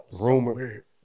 Rumor